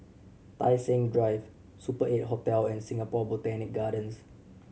Tai Seng Drive Super Eight Hotel and Singapore Botanic Gardens